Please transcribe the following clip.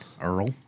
Earl